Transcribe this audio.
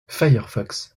firefox